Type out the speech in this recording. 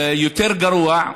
יותר גרוע,